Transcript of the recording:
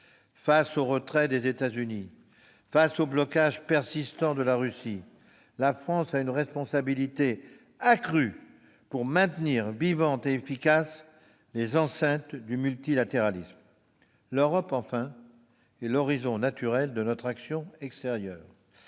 Face au retrait des États-Unis, face aux blocages persistants de la Russie, la France a une responsabilité accrue pour maintenir vivantes et efficaces les enceintes du multilatéralisme. Le troisième pilier est l'Europe. Elle est l'horizon naturel de notre action extérieure